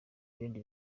ibindi